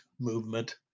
movement